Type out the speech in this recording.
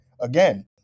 Again